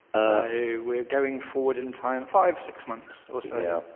we're going forward in time five six months or so,